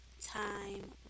time